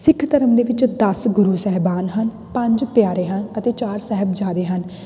ਸਿੱਖ ਧਰਮ ਦੇ ਵਿੱਚ ਦਸ ਗੁਰੂ ਸਾਹਿਬਾਨ ਹਨ ਪੰਜ ਪਿਆਰੇ ਹਨ ਅਤੇ ਚਾਰ ਸਾਹਿਬਜ਼ਾਦੇ ਹਨ